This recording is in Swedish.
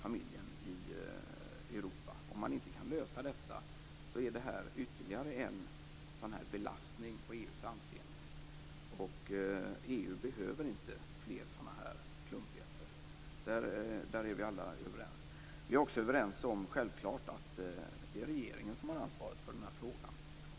Om detta inte går att lösa blir det en ytterligare belastning på EU:s anseende. EU behöver inte fler klumpigheter. Där är vi alla överens. Vi är också överens om att det är regeringen som har ansvaret för frågan.